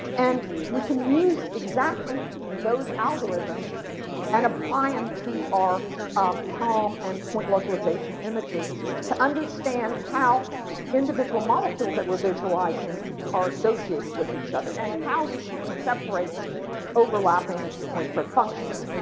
and we can use exactly those algorithms and apply them um to our palm and point localization images to understand how individual molecules that were visualizing are associated with each other and how we can separate overlapping point spread function.